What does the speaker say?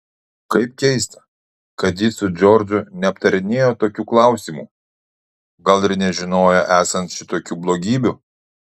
kaip keista kad ji su džordžu neaptarinėjo tokių klausimų gal nė nežinojo esant šitokių blogybių